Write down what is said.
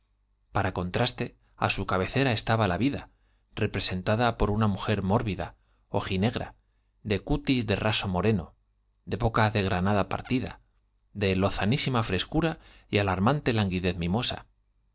para y ojos contraste á su cabecera estaba la vida representada por unjl mujer mórbida ojinegra de cutis de raso moreno de boca de granada partida de lozanísima frescura y alar mante languidez mimosa